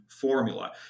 formula